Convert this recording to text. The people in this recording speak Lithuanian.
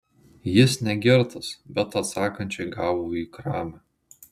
jis ne girtas bet atsakančiai gavo į kramę